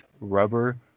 rubber